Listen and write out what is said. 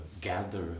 gather